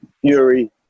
Fury